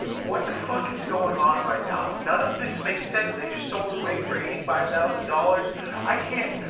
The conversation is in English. what the fuck is going on right now? none of this makes sense. they just sold the wig for eighty five thousand dollars i can't.